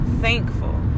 Thankful